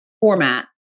format